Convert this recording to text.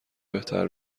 بهتر